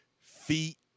feet